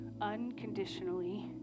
unconditionally